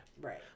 right